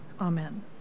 Amen